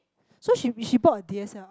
so she she bought a D_S_L_R